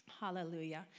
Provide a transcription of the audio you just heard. Hallelujah